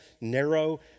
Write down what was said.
narrow